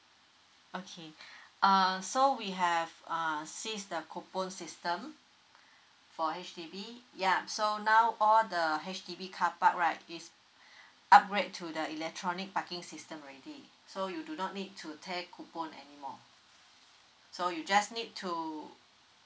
okay err so we have err seized the coupon system for H_D_B ya so now all the H_D_B car park right is upgrade to the electronic parking system already so you do not need to tear coupon any more so you just need to